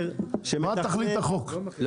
אבל מה תכלית החוק?